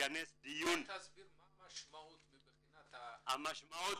לכנס דיון --- תסביר מה המשמעות מבחינת הדרג,